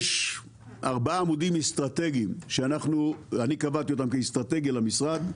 יש ארבעה עמודים אסטרטגיים שאני קבעתי אותם כאסטרטגיה למשרד.